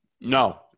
No